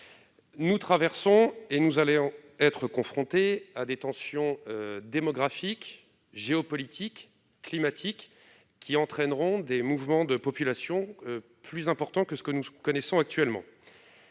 Nous traversons, et nous allons traverser des tensions démographiques, géopolitiques, climatiques, qui entraîneront des mouvements de population plus importants que ce que nous connaissons actuellement.